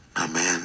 amen